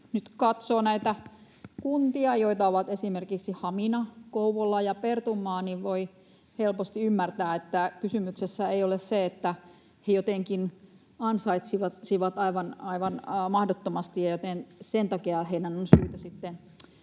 nyt katsoo näitä kuntia, joita ovat esimerkiksi Hamina, Kouvola ja Pertunmaa, niin voi helposti ymmärtää, että kysymyksessä ei ole se, että he jotenkin ansaitsisivat aivan mahdottomasti ja sen takia heidän on syytä sitten